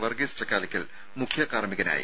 വർഗീസ് ചക്കാലക്കൽ മുഖ്യ കാർമ്മികനായി